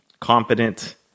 competent